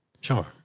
Sure